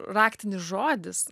raktinis žodis